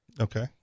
Okay